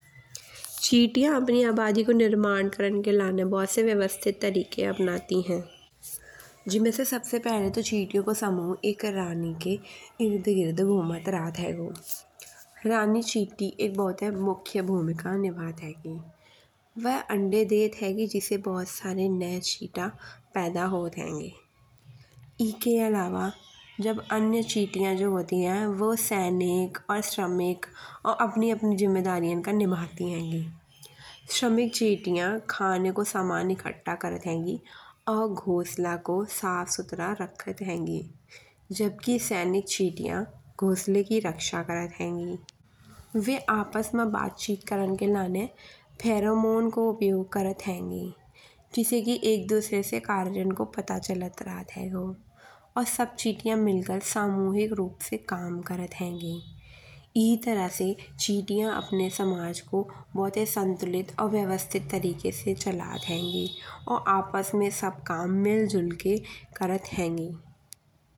चिटियाँ अपनी अवधि को निर्माण करन के लाने भोते से व्यवस्थित तरीके अपनाती हैं। जिन में से तो सबसे पहिले चिटियों का समूह एक रानी के एर्द गिर्द घुमत राहत हेगो। रानी चींटी एक भोताई मुख्य भूमिका निभात हैगी। वह अंडे देत हैगी जिससे भोते सारे नये चीटा पैदा होत हेंगे। एके अलावा जब अन्य चिटियाँ होती हैं बे सैनिक और श्रमिक और अपनी अपनी ज़िम्मेदारियाँ को निभाती हेंगी। श्रमिक चिटियाँ खाने को सामान एकत्र करत हेंगी। और घोंसला को साफ सुथरा रखत हेंगी। जब कि सैनिक चिटियाँ घोंसले की रक्षा करत हेंगी। बे आपस में बातचीत करन के लाने फेरोमों को उपयोग करत हेंगी। जिसे की एक दूसरे से कार्यन को पता चलत राहत हेगो। और सब चिटियाँ मिल कर सामूहिक रूप से काम करत हेंगी। ई तरह से चिटियाँ अपने समाज को भोते ही संतुलित और व्यवस्थित तरीके से चलत हेंगी। और आपस में सब काम मिल जुल के करत हेंगी।